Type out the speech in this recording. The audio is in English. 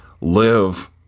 live